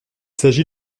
s’agit